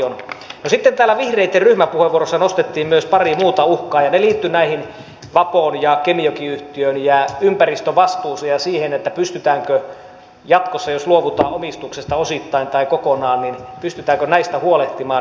sitten täällä vihreitten ryhmäpuheenvuorossa nostettiin myös pari muuta uhkaa ja ne liittyivät näihin vapoon ja kemijoki yhtiöön ja ympäristövastuuseen ja siihen pystytäänkö jatkossa jos luovutaan omistuksesta osittain tai kokonaan näistä huolehtimaan